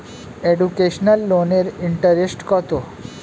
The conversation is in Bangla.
এডুকেশনাল লোনের ইন্টারেস্ট কত?